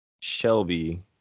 Shelby